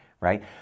right